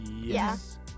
Yes